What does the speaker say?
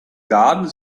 garden